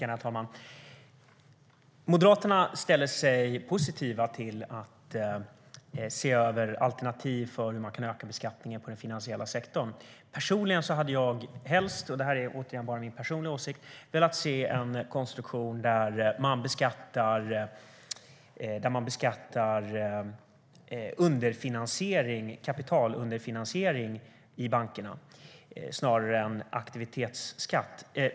Herr talman! Moderaterna ställer sig positiva till att se över alternativ för hur man kan öka beskattningen på den finansiella sektorn. Personligen hade jag helst - och detta är återigen bara min personliga åsikt - velat se en konstruktion där man beskattar kapitalunderfinansiering i bankerna snarare än en aktivitetsskatt.